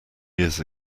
years